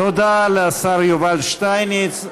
תודה לשר יובל שטייניץ.